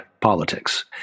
politics